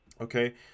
Okay